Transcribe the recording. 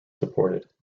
supported